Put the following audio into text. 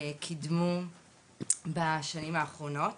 קידמו בשנים האחרונות